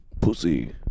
pussy